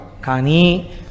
kani